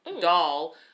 doll